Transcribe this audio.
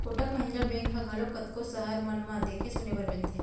Kotak Mahindra bank ह घलोक कतको सहर मन म देखे सुने बर मिलथे